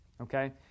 Okay